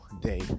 day